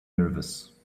nervous